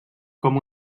com